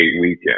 weekend